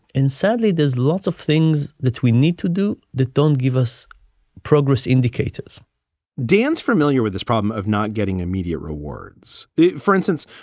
and sadly, there's lots of things that we need to do that don't give us progress indicators dan's familiar with this problem of not getting immediate rewards. for instance,